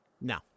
No